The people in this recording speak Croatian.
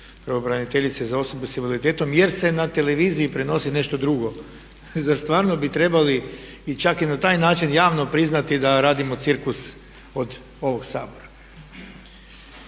pravobraniteljice za osobe sa invaliditetom jer se na televiziji prenosi nešto drugo. Zar stvarno bi trebali čak i na taj način javno priznati da radimo cirkus od ovog Sabora.